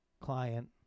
client